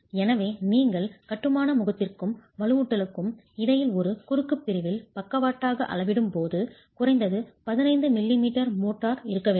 எனவே நீங்கள் கட்டுமான முகத்திற்கும் வலுவூட்டலுக்கும் இடையில் ஒரு குறுக்கு பிரிவில் பக்கவாட்டாக அளவிடும் போது குறைந்தது 15 மில்லிமீட்டர் மோர்ட்டார் இருக்க வேண்டும்